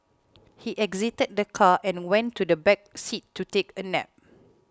he exited the car and went to the back seat to take a nap